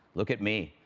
look at me.